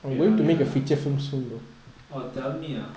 wait ah wait ah oh tell me ah